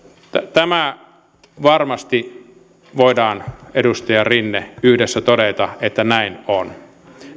tämä varmasti voidaan edustaja rinne yhdessä todeta että näin on